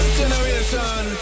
generation